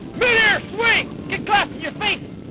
mid-air swing! get glass in your face!